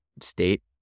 state